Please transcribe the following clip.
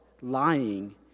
lying